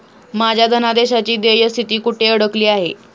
माझ्या धनादेशाची देय स्थिती कुठे अडकली आहे?